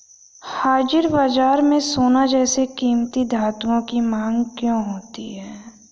हाजिर बाजार में सोना जैसे कीमती धातुओं की मांग क्यों होती है